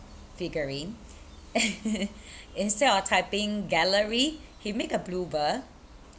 figurine instead of typing gallery he make a blooper